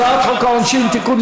הצעת חוק העונשין (תיקון,